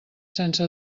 sense